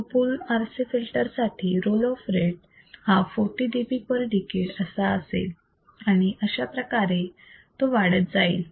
two pole RC filter साठी roll off rate हा 40 dB per decade असा असेल आणि अशाप्रकारे तो वाढत जाईल